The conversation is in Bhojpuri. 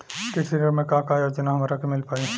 कृषि ऋण मे का का योजना हमरा के मिल पाई?